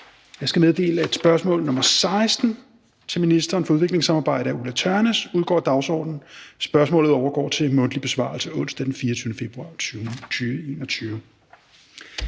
Jeg skal meddele, at spørgsmål nr. 16 til ministeren for udviklingssamarbejde af Ulla Tørnæs udgår af dagsordenen. Spørgsmålet overgår til mundtlig besvarelse onsdag den 24. februar 2021.